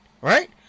right